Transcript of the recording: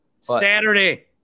Saturday